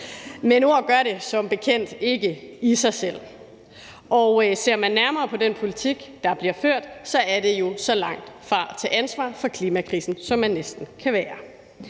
Men ord gør det som bekendt ikke i sig selv, og ser man nærmere på den politik, der bliver ført, er det jo så langt væk fra at tage ansvar for klimakrisen, som man næsten kan komme,